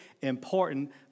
important